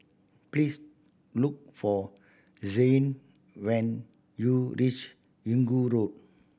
please look for Zayne when you reach Inggu Road